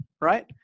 right